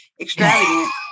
extravagant